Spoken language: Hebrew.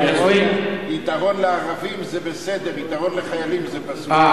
יתרון לערבים זה בסדר, יתרון לחיילים זה פסול.